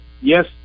yes